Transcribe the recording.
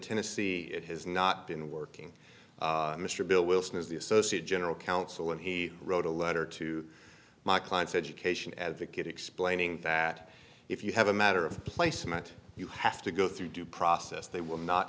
tennessee it has not been working mr bill wilson is the associate general counsel and he wrote a letter to my client's education advocate explaining that if you have a matter of placement you have to go through due process they will not